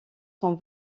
sont